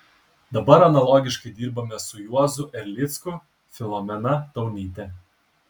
dabar analogiškai dirbame su juozu erlicku filomena taunyte